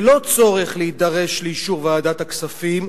ללא צורך להידרש לאישור ועדת הכספים,